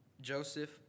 Joseph